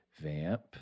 vamp